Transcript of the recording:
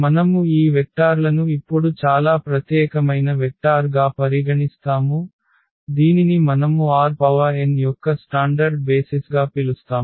మనము ఈ వెక్టార్లను ఇప్పుడు చాలా ప్రత్యేకమైన వెక్టార్గా పరిగణిస్తాము దీనిని మనము Rn యొక్క స్టాండర్డ్ బేసిస్గా పిలుస్తాము